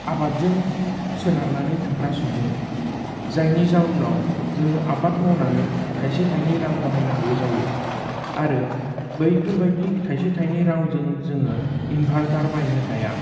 आबादजों सोनारनानै थाग्रा सुबुं जायनि जाउनाव जोङो आबाद मावनानै थाइसे थाइनै रां बाहायनांगौ जायो आरो बैफोर बायदि थाइसे थाइनै रांजों जोङो इनभार्टार बायनो हाया